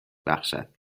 بخشد